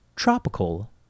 tropical